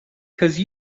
cause